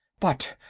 but.